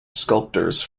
sculptors